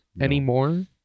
anymore